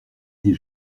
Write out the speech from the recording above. des